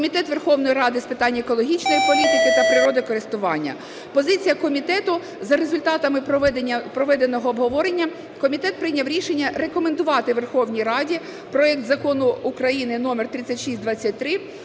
Комітет Верховної Ради з питань екологічної політики та природокористування. Позиція комітету: за результатами проведеного обговорення комітет прийняв рішення рекомендувати Верховній Раді проект Закону України номер 3623